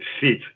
fit